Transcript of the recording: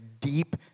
deep